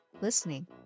listening